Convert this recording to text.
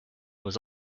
was